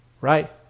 right